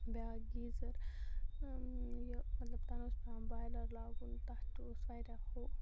بیٛاکھ گیٖزَر یہِ مطلب ٹرٛانسفارَم بایلَر لاگُن تَتھ تہٕ اوس واریاہ ہُہ